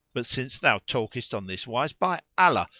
but since thou talkest on this wise, by allah,